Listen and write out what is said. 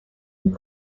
and